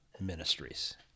ministries